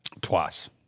twice